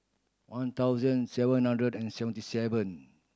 one thousand seven hundred and seventy seven